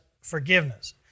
forgiveness